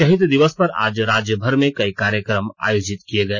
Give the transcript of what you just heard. शहीद दिवस पर आज राज्यभर में कई कार्यक्रम आयोजित किये गए